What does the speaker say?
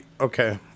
Okay